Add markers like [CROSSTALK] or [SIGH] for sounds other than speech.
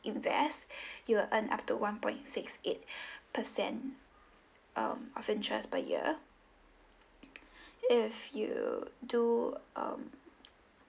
invest [BREATH] you will earn up to one point six eight [BREATH] percent um of interest per year if you do um